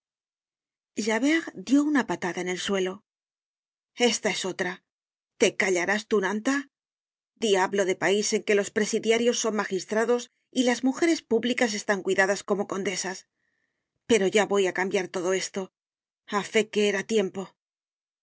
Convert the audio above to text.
javert dió una patada en el suelo esta es otra te callarás tunanta diablo de pais en que los presidiarios son magistrados y las mujeres públicas están cuidadas como condesas pero ya va á cambiar todo esto a fe que era tiempo